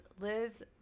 Liz